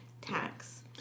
tax